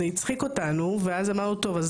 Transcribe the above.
זה הצחיק אותנו ואז אמרנו טוב,